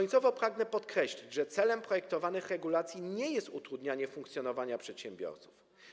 Na koniec pragnę podkreślić, że celem projektowanych regulacji nie jest utrudnianie funkcjonowania przedsiębiorcom.